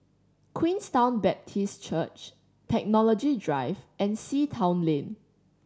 Queenstown Baptist Church Technology Drive and Sea Town Lane